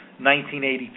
1982